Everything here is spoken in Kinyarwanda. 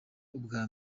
ubwa